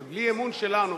ובלי אמון שלנו,